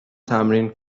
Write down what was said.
تمرین